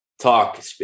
talk